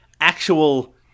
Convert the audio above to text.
actual